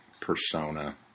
persona